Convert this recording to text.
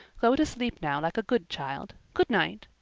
go to sleep now like a good child. good night.